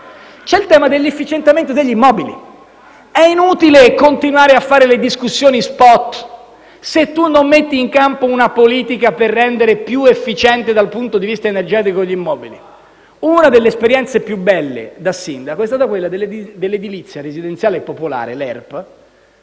c'è il tema dell'efficientamento degli immobili. È inutile continuare a fare discussioni*spot*, se tu non metti in campo una politica per rendere più efficiente dal punto di vista energetico gli immobili. Una delle esperienze più belle, da sindaco, è stata quella dell'edilizia residenziale popolare (ERP),